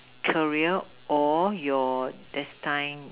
career or your destine